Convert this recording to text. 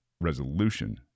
resolution